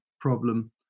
problem